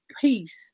peace